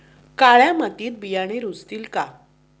काळ्या मातीत बियाणे रुजतील का?